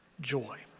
joy